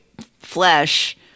flesh